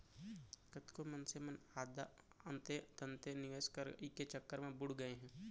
कतको मनसे मन जादा अंते तंते निवेस करई के चक्कर म बुड़ गए हे